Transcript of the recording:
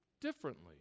differently